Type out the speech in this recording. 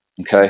okay